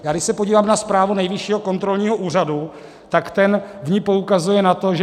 Když se podívám na zprávu Nejvyššího kontrolního úřadu, tak ten v ní poukazuje na to, že